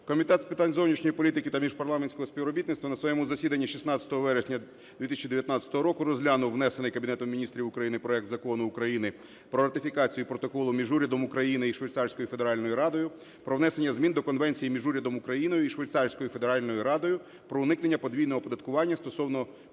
Комітет з питань зовнішньої політики та міжпарламентського співробітництва на своєму засіданні 16 вересня 2019 року розглянув внесений Кабінетом Міністрів України проект Закону України про ратифікацію Протоколу між Урядом України і Швейцарською Федеральною Радою про внесення змін до Конвенції між Урядом України і Швейцарською Федеральною Радою про уникнення подвійного оподаткування стосовно